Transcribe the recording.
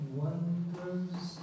wonders